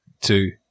Two